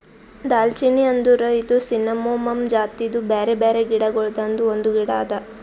ದಾಲ್ಚಿನ್ನಿ ಅಂದುರ್ ಇದು ಸಿನ್ನಮೋಮಮ್ ಜಾತಿದು ಬ್ಯಾರೆ ಬ್ಯಾರೆ ಗಿಡ ಗೊಳ್ದಾಂದು ಒಂದು ಗಿಡ ಅದಾ